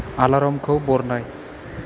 एलार्मखौ बानाय